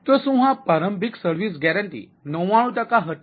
તો શું આ પ્રારંભિક સર્વિસ ગેરંટી ૯૯ ટકા હતી